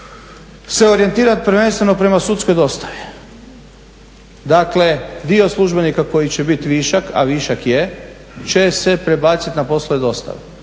se orijentirati prvenstveno prema sudskoj dostavi. Dakle, dio službenika koji će biti višak, a višak je, će se prebaciti na poslove dostave.